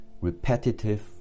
Repetitive